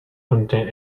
contain